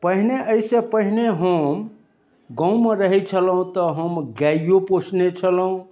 पहिने एहिसँ पहिने हम गाँवमे रहैत छलहुँ तऽ हम गाइयो पोसने छलहुँ